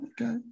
okay